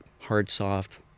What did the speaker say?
hard-soft